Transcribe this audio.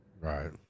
Right